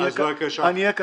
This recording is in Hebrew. אני אהיה קצר.